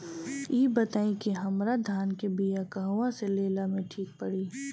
इ बताईं की हमरा धान के बिया कहवा से लेला मे ठीक पड़ी?